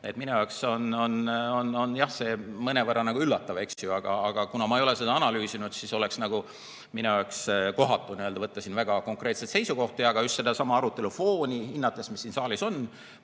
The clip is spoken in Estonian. Minu jaoks on see mõnevõrra üllatav, aga kuna ma ei ole seda analüüsinud, siis oleks minu jaoks kohatu võtta siin väga konkreetseid seisukohti. Aga just sedasama arutelu fooni hinnates, mis siin saalis on,